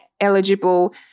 eligible